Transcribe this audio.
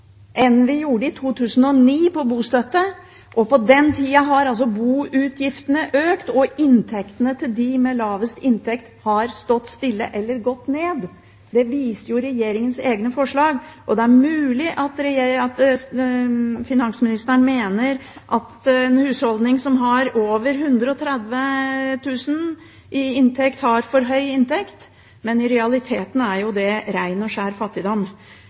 enn vi gjorde i 2009. På denne tida har boutgiftene økt, og inntektene til dem med lavest inntekt har stått stille eller gått ned. Det viser regjeringens egne forslag. Det er mulig at finansministeren mener at en husholdning som har 130 000 kr i inntekt, har for høy inntekt, men i realiteten er det jo ren og skjær fattigdom.